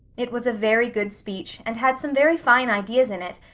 it was a very good speech and had some very fine ideas in it,